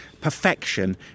perfection